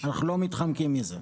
אנחנו לא מתחמקים מזה.